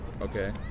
Okay